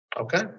Okay